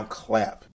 clap